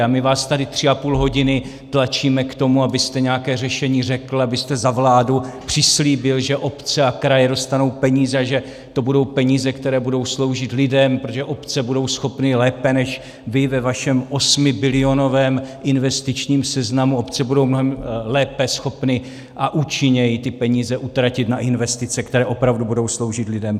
A my vás tady tři a půl hodiny tlačíme k tomu, abyste nějaké řešení řekl, abyste za vládu přislíbil, že obce a kraje dostanou peníze a že to budou peníze, které budou sloužit lidem, protože obce budou schopny lépe než vy ve vašem osmibilionovém investičním seznamu obcí, budou lépe a účinněji schopny ty peníze utratit na investice, které opravdu budou sloužit lidem.